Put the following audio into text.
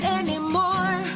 anymore